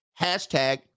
Hashtag